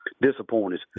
Disappointed